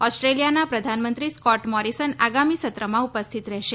ઓસ્ટ્રેલિયાના પ્રધાનમંત્રી Scott Morrison આગામી સત્રમાં ઉપસ્થિત રહેશે